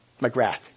McGrath